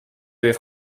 avait